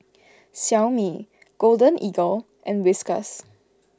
Xiaomi Golden Eagle and Whiskas